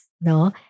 no